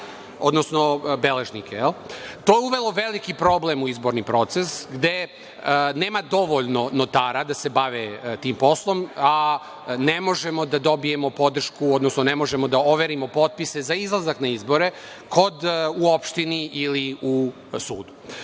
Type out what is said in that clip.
odnosno beležnike. To je uvelo veliki problem u izborni proces, gde nema dovoljno notara da se bave tim poslom, a ne možemo da dobijemo podršku, odnosno ne možemo da overimo potpise za izlazak na izbore u opštini ili u